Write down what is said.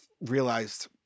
realized